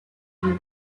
from